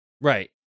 Right